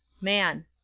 man